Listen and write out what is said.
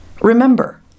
Remember